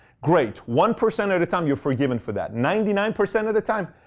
great. one percent of the time you're forgiven for that. ninety nine percent of the time,